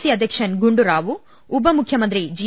C അധ്യക്ഷൻ ഗുണ്ടുറാവു ഉപമുഖൃമന്ത്രി G